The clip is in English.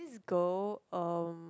this girl um